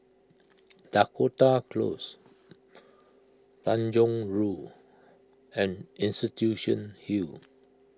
Dakota Close Tanjong Rhu and Institution Hill